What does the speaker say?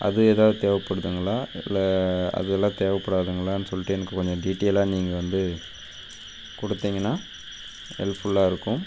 அது ஏதாவது தேவைப்படுதுங்களா இல்லை அதெல்லாம் தேவைப்படாதுங்களான்னு சொல்லிட்டு எனக்குக் கொஞ்சம் டீட்டெயிலாக நீங்கள் வந்து கொடுத்தீங்கன்னா ஹெல்ப்ஃபுல்லாக இருக்கும்